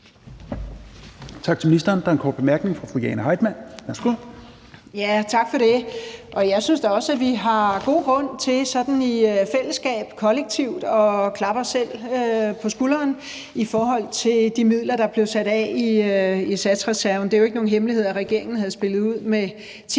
Tak for det. Jeg synes da også, at vi har god grund til sådan i fællesskab, kollektivt, at klappe os selv på skulderen over de midler, der blev sat af i satsreserven. Det er jo ikke nogen hemmelighed, at regeringen havde spillet ud med 10 mio.